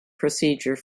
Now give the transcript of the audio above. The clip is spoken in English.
procedure